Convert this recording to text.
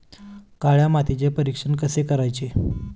काळ्या मातीचे परीक्षण कसे करायचे?